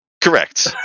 Correct